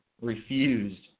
refused